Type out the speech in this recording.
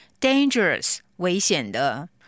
Dangerous,危险的